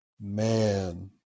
Man